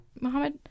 Mohammed